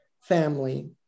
family